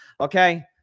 Okay